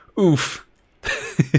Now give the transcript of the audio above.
Oof